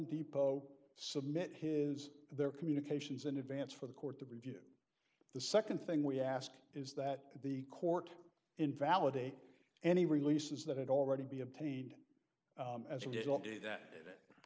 depot submit his their communications in advance for the court to review the second thing we ask is that the court invalidate any releases that had already be obtained as you didn't do that